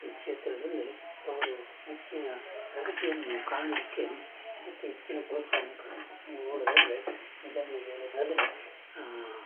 ಕ್ಷೇತ್ರದಲ್ಲಿ ಅವರು ಹೆಚ್ಚಿನ ಪ್ರಗತಿಯನ್ನು ಕಾಣೋದಕ್ಕೆ ಅದಕ್ಕೆ ಹೆಚ್ಚಿನ ಪ್ರೋತ್ಸಾಹವನ್ನು ಕೊಡಬೇಕು ಹಂಗೆ ನೋಡೋದಾದರೆ ಉದಾಹರ್ಣೆಗೆ ಹೇಳೋದಾದರೆ